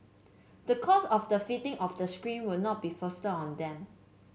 the cost of the fitting of the screen will not be foisted on them